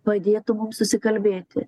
padėtų mum susikalbėti